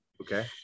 Okay